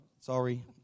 sorry